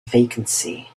vacancy